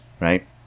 Right